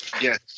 Yes